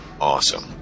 Awesome